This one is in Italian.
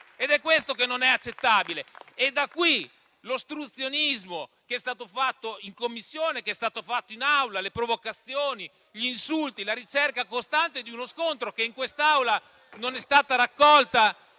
È questo che non è accettabile. Da qui l'ostruzionismo che è stato fatto in Commissione e in Aula, le provocazioni, gli insulti, la ricerca costante di uno scontro che in quest'Aula non è stata raccolta.